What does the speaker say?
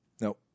No